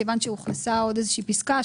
כיוון שהוכנסה עוד איזו שהיא פסקה.